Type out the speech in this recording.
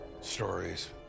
stories